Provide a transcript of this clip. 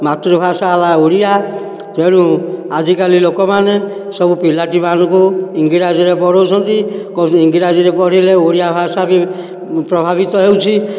ମାତୃଭାଷା ହେଲା ଓଡ଼ିଆ ତେଣୁ ଆଜିକାଲି ଲୋକମାନେ ସବୁ ପିଲାଟିମାନଙ୍କୁ ଇଂରାଜୀରେ ପଢ଼ଉଛନ୍ତି କହୁଛନ୍ତି ଇଂରାଜୀରେ ପଢ଼ିଲେ ଓଡ଼ିଆ ଭାଷା ବି ପ୍ରଭାବିତ ହେଉଛି